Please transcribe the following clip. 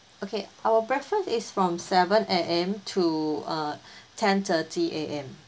okay our breakfast is from seven A_M to uh ten thirty A_M